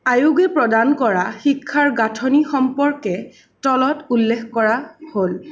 আয়োগে প্ৰদান কৰা শিক্ষাৰ গাঁথনি সম্পৰ্কে তলত উল্লেখ কৰা হ'ল